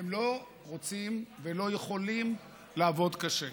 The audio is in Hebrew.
הם לא רוצים ולא יכולים לעבוד קשה.